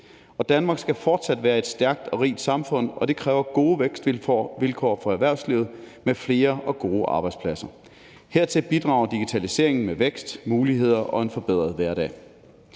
Danmark skal fortsat være et stærkt og rigt samfund, og det kræver gode vækstvilkår for erhvervslivet med flere og gode arbejdspladser. Hertil bidrager digitaliseringen med vækst, muligheder og en forbedret hverdag.